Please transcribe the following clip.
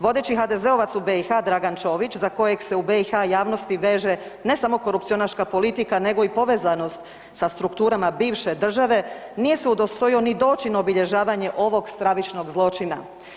Vodeći HDZ-ovac u BiH Dragan Čović za kojeg se u BiH javnosti veže ne samo korupcionaška politika nego i povezanost sa strukturama bivše države, nije se udostojio ni doći na obilježavanje ovog stravičnog zločina.